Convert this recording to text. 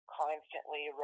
constantly